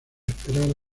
esperar